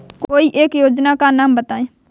कोई एक योजना का नाम बताएँ?